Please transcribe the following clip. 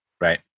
Right